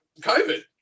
COVID